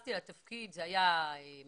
כשנכנסתי לתפקידי בחודש